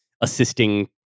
assisting